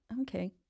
okay